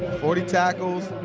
forty tackles,